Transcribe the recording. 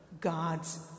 God's